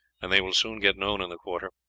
and they will soon get known in the quarter.